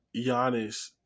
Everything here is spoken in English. Giannis